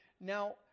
Now